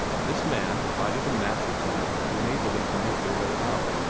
this man lighted a match or two to enable them to make their way out.